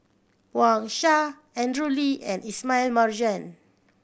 Wang Sha Andrew Lee and Ismail Marjan